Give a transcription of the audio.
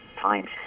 time